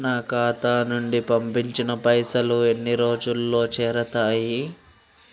నా ఖాతా నుంచి పంపిన పైసలు ఎన్ని రోజులకు చేరుతయ్?